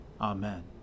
Amen